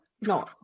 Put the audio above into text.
no